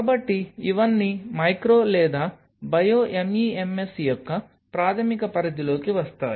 కాబట్టి ఇవన్నీ మైక్రో లేదా బయో MEMS యొక్క ప్రాథమిక పరిధిలోకి వస్తాయి